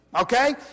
okay